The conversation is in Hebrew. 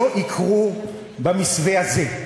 לא יקרו במסווה הזה.